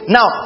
Now